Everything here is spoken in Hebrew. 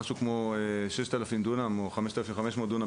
כ-6,000 או 5,500 דונם,